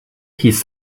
hieß